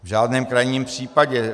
V žádném krajním případě.